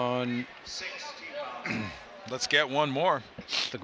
so let's get one more the